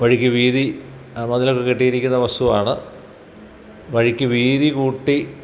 വഴിക്ക് വീതി മതിലൊക്കെ കെട്ടിയിരിക്കുന്ന വസ്തുവാണ് വഴിക്ക് വീതി കൂട്ടി